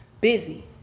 busy